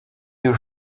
you